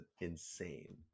insane